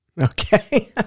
Okay